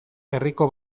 herriko